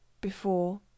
before—